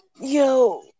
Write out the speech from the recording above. Yo